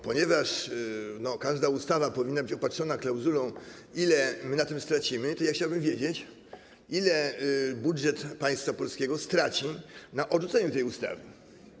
Ponieważ każda ustawa powinna być opatrzona klauzulą, ile na tym stracimy, to chciałbym wiedzieć, ile budżet państwa polskiego straci na odrzuceniu tej ustawy.